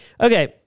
Okay